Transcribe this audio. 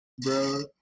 Bro